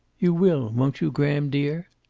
you will, won't you, graham, dear?